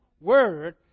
word